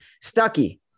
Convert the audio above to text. Stucky